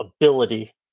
ability